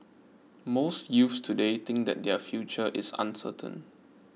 most youths today think that their future is uncertain